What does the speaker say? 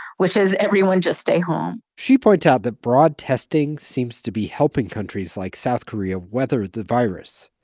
which is, everyone, just stay home she points out that broad testing seems to be helping countries like south korea weather the virus.